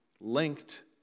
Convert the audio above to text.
linked